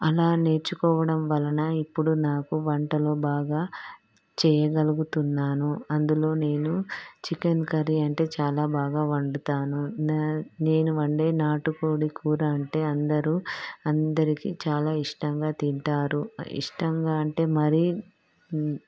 అలా నేర్చుకోవడం వలన ఇప్పుడు నాకు వంటలు బాగా చేయగలుగుతున్నాను అందులో నేను చికెన్ కర్రీ అంటే చాలా బాగా వండుతాను నా నేను వండే నాటుకోడి కూర అంటే అందరూ అందరికీ చాలా ఇష్టంగా తింటారు ఇష్టంగా అంటే మరీ